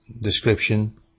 description